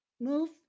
Move